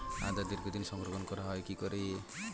আদা দীর্ঘদিন সংরক্ষণ করা হয় কি করে?